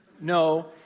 No